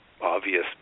obvious